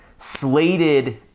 slated